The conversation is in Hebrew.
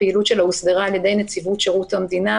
הפעילות שלה הוסדרה על-ידי נציבות שירות המדינה,